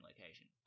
location